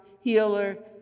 healer